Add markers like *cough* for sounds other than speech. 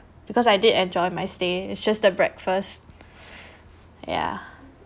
because I did enjoy my stay it's just the breakfast *breath* ya